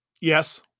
yes